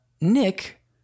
Nick